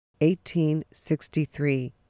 1863